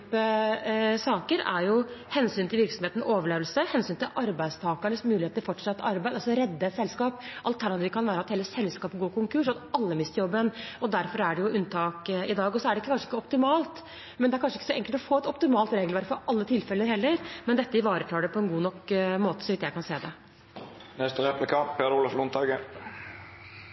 saker, er jo hensynet til virksomhetens overlevelse, hensynet til arbeidstakernes mulighet til fortsatt arbeid – altså redde et selskap. Alternativet kan være at hele selskapet går konkurs, og at alle mister jobben. Derfor er det unntak i dag. Det er kanskje ikke optimalt, men det er kanskje heller ikke så enkelt å få til et optimalt regelverk for alle tilfeller, og dette ivaretar det på en god nok måte, så vidt jeg kan se.